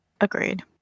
Agreed